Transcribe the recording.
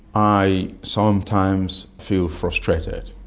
i sometimes feel frustrated,